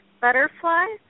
butterflies